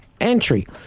entry